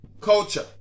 culture